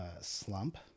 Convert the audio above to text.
slump